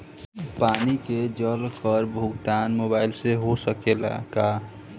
पानी के जल कर के भुगतान मोबाइल से हो सकेला का?